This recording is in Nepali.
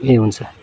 ए हुन्छ